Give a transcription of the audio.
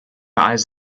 eyes